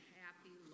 happy